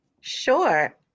Sure